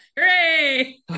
Hooray